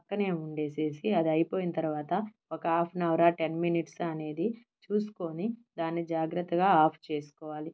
పక్కనే ఉండేసేసి అదయిపోయిన తర్వాత ఒక హాఫ్ అన్ అవరా టెన్ మినిట్సా అనేది చూసుకొని దాన్ని జాగ్రత్తగా ఆఫ్ చేసుకోవాలి